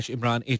Imran